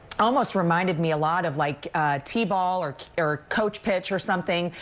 almost reminded me a lot of like tee-ball or or coach pitch or something,